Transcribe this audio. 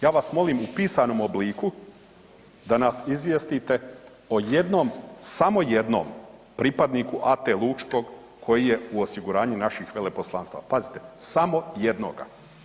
Ja vas molim u pisanom obliku da nas izvijestite o jednom, samo jednom pripadniku AT Lučko koji je u osiguranju naših veleposlanstava, pazite samo jednoga.